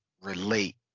relate